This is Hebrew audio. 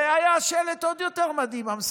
והיה שלט עוד יותר מדהים, אמסלם.